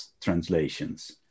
translations